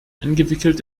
eingewickelt